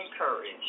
encourage